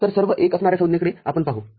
तर सर्व एक असणाऱ्या संज्ञेकडे आपण पाहू